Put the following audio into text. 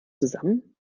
zusammen